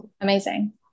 Amazing